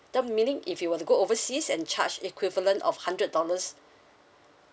that meaning if you were to go overseas and charge equivalent of hundred dollars